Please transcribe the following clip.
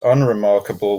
unremarkable